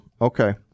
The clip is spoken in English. Okay